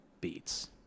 beats